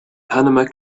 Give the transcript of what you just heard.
panama